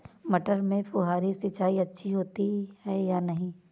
मटर में फुहरी सिंचाई अच्छी होती है या नहीं?